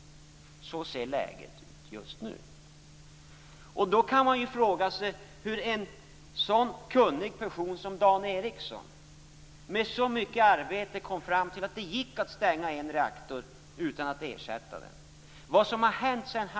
Så ser läget ut just nu. Dan Ericsson, som är en mycket kunnig person, kom efter mycket arbete i Energikommissionen fram till slutsatsen att det gick att stänga en reaktor utan att ersätta den.